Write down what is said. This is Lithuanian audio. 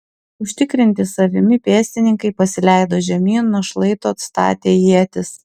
užtikrinti savimi pėstininkai pasileido žemyn nuo šlaito atstatę ietis